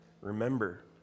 remember